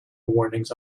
warnings